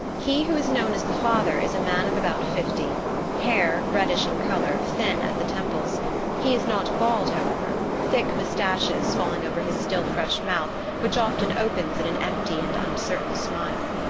he who is known as the father is a man of about fifty hair, reddish in colour, thin at the temples he is not bald, however thick moustaches, falling over his still fresh mouth, which often opens in an empty and uncertain smile.